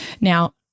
Now